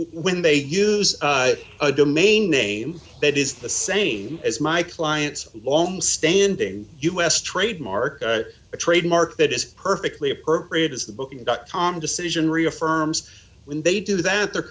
when they use a domain name that is the same as my clients loam standing us trademark a trademark that is perfectly appropriate as the booking dot com decision reaffirms when they do that they're